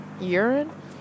urine